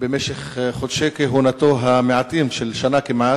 במשך חודשי כהונתו המעטים, שנה כמעט,